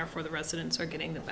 therefore the residents are getting the